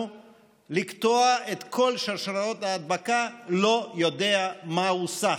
לקטוע את כל שרשרות ההדבקה לא יודע מה הוא שח.